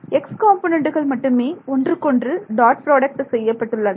x காம்பொனன்டுகள் மட்டுமே ஒன்றுக்கொன்று டாட் ப்ராடக்ட் செய்யப்பட்டுள்ளன